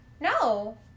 No